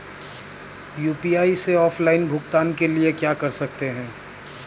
UPI से offline भुगतान के लिए क्या कर सकते हैं?